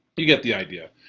you get the idea.